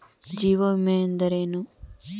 ಜೀವ ವಿಮೆ ಎಂದರೇನು?